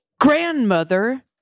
Grandmother